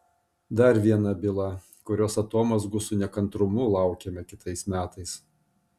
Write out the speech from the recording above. dar viena byla kurios atomazgų su nekantrumu laukiame kitais metais